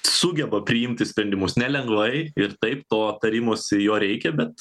sugeba priimti sprendimus nelengvai ir taip to tarimosi jo reikia bet